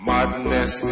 Madness